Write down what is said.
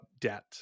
debt